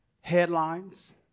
headlines